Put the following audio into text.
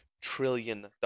trillion